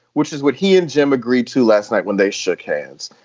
which is what he and jim agreed to last night when they shook hands.